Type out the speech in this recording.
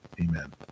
Amen